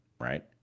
right